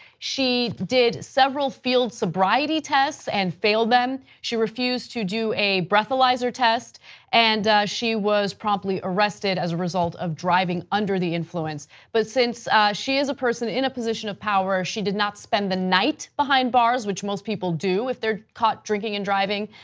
she did several field sobriety tests and failed them. she refused to do a breathalyzer test and she was promptly arrested as a result of driving under the influence but since she is a person in a position of power, she did not spend the night behind bars which most people do if they are caught drinking and driving.